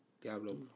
Diablo